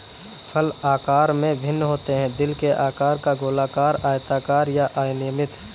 फल आकार में भिन्न होते हैं, दिल के आकार का, गोलाकार, आयताकार या अनियमित